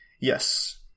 Yes